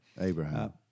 Abraham